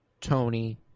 Tony